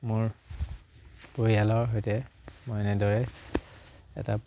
মোৰ পৰিয়ালৰ সৈতে মই এনেদৰে এটা